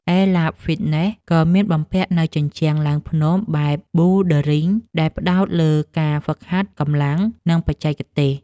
អេឡាប ហ្វ៊ីតណេស ក៏មានបំពាក់នូវជញ្ជាំងឡើងភ្នំបែបប៊ូលឌើរីង ដែលផ្ដោតលើការហ្វឹកហាត់កម្លាំង និងបច្ចេកទេស។